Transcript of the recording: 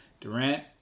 Durant